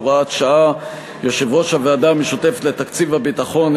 הוראת שעה) (יושב-ראש הוועדה המשותפת לתקציב הביטחון),